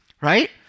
right